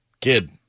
kid